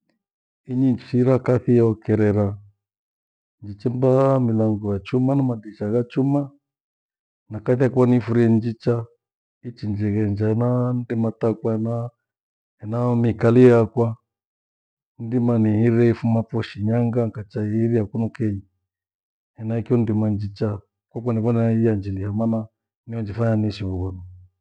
Inyi nichiira kathi yeokerera nichimba milangho ya chuma na madirisha gha chuma na kathi yakwe niifurie ni njicha. Nichinjie ngenja hena matakwana ena miikalie yakwa ni ndima, nihirire ifuma pho shinyangha nikacha igheihirira kunu kenyi henaicho ndima njicha huko naphona yainjiliha mana nyionjifanya niishi vithui.